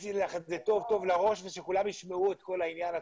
תכניסי לך את זה טוב טוב לראש ושכולם ישמעו את כל העניין עצמו,